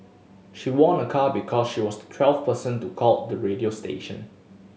she won a car because she was the twelfth person to call the radio station